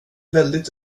väldigt